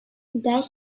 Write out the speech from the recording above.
dash